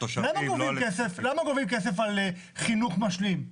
למה גובים כסף על חינוך משלים?